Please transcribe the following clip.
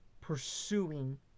pursuing